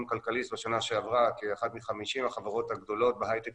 "כלכליסט" בשנה שעברה כאחת מ-50 החברות הגדולות בהייטק